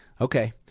okay